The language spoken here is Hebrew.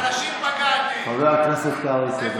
חבר הכנסת קרעי, תודה.